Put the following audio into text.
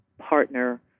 partner